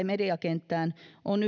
mediakenttään on